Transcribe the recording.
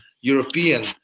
european